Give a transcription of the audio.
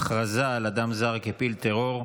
(הכרזה על אדם זר כפעיל טרור),